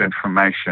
information